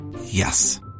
Yes